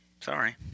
Sorry